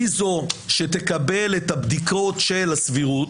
היא זו שתקבל את הבדיקות של הסבירות.